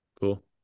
Cool